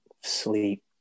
sleep